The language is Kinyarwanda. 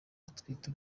atwite